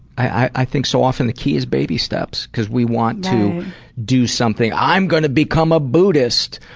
i think so often the key is baby steps, because we want to do something i'm going to become a buddhist.